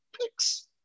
picks